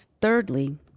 Thirdly